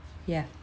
ya